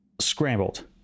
scrambled